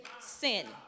sin